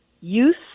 use